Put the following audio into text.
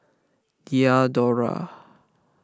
Diadora